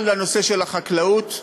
כל הנושא של החקלאות,